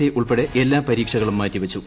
C ഉൾപ്പെടെ എല്ലാ പരീക്ഷകളും മാറ്റിവച്ചു